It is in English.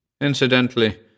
Incidentally